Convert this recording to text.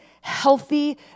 healthy